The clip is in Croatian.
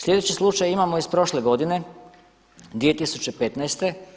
Slijedeći slučaj imamo iz prošle godine 2015.